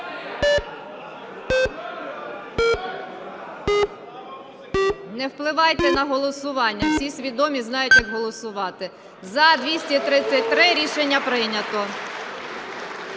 Не впливайте на голосування, всі свідомі, знають, як голосувати. 13:03:16 За-233 Рішення прийнято.